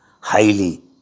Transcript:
highly